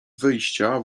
wyjścia